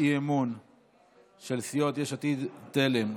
האי-אמון של סיעות יש עתיד-תל"ם,